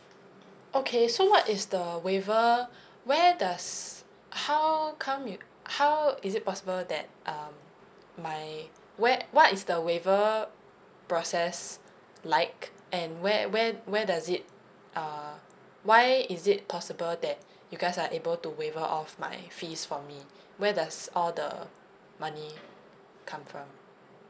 okay so what is the waiver where does how come you how is it possible that um my where what is the waiver process like and where where where does it uh why is it possible that you guys are able to waiver off my fees for me where does all the money come from